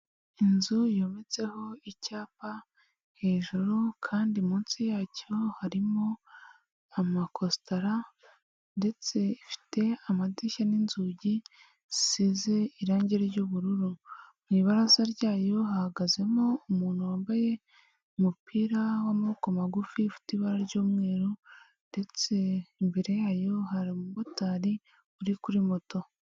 Inzu yometseho icyapa hejuru kandi munsi yacyo harimo amakositara ndetse ifite amadirishya n'inzugi zisize irangi ry'ubururu. Mu ibaraza ryayo hahagazemo umuntu wambaye umupira w'amaboko magufi ufite ibara ry'umweru, ndetse imbere yayo hari umumotari uri kuri moto.